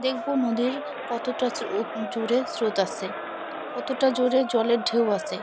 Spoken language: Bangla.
দেখবো নদীর কত টা জোরে স্রোত আসছে কত টা জোরে জলের ঢেউ আছে